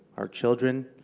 our children,